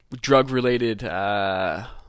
drug-related